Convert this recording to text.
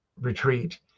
Retreat